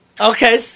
Okay